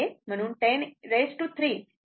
म्हणूनच 103 मलटिप्लाय केलेले नाही